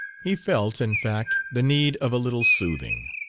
he felt, in fact, the need of a little soothing.